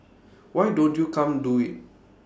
why don't you come do IT